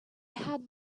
had